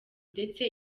ndetse